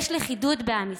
יש לכידות בעם ישראל.)